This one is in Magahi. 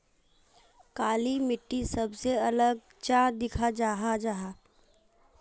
काली मिट्टी सबसे अलग चाँ दिखा जाहा जाहा?